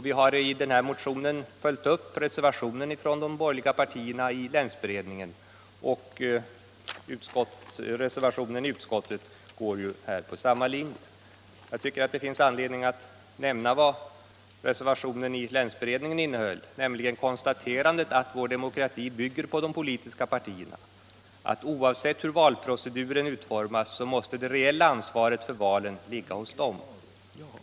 Vi har i vår motion följt upp reservationen från de borgerliga partierna i länsberedningen, och reservationen i utskottet går på samma linje. Jag tycker att det finns anledning att nämna vad reservationen i Nr 136 länsberedningen innehöll, nämligen konstaterandet att vår demokrati Tisdagen den bygger på de politiska partierna, att oavsett hur valproceduren utformas 25 maj 1976 så måste det reella ansvaret för valen ligga hos dem.